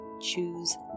choose